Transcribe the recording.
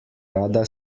rada